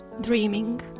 dreaming